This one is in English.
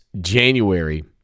January